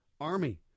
army